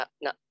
no